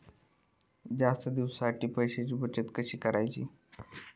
जास्त दिवसांसाठी पैशांची बचत कशी करायची?